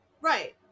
right